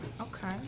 okay